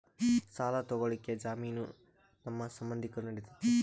ಸಾಲ ತೊಗೋಳಕ್ಕೆ ಜಾಮೇನು ನಮ್ಮ ಸಂಬಂಧಿಕರು ನಡಿತೈತಿ?